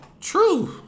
true